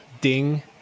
ding